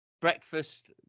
breakfast